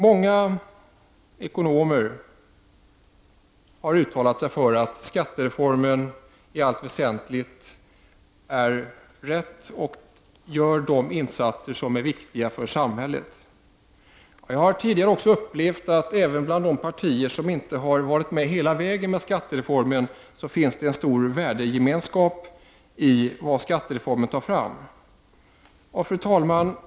Många ekonomer har uttalat sig för att skattereformen i allt väsentligt är rätt och leder till de insatser som är viktiga för samhället. Jag har tidigare upplevt att det även bland de partier som inte har varit med hela vägen i arbetet med skattereformen har funnits en stor värdegemenskap när det gäller det som skattereformen för fram. Fru talman!